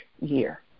year